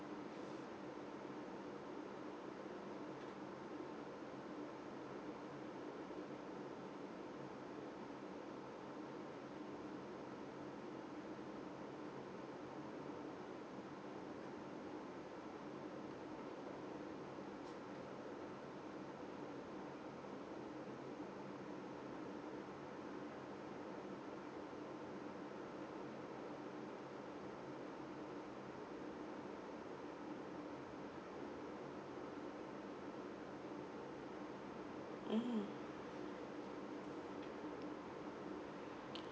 mmhmm